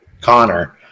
Connor